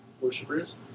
worshippers